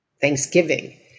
Thanksgiving